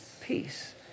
peace